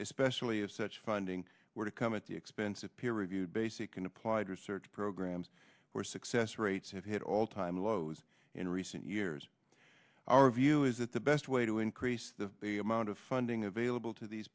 especially if such funding were to come at the expense of peer reviewed basic and applied research programs where success rates have hit all time lows in recent years our view is that the best way to increase the amount of funding available to these